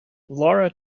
laura